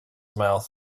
mouth